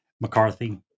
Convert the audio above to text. McCarthy